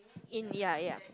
in ya ya